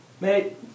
Mate